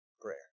prayer